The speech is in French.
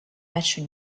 matchs